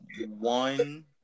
one